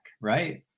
Right